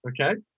Okay